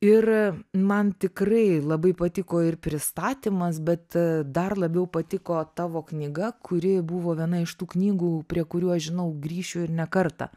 ir man tikrai labai patiko ir pristatymas bet dar labiau patiko tavo knyga kuri buvo viena iš tų knygų prie kurių aš žinau grįšiu ir ne kartą